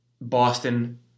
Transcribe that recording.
Boston